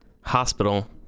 hospital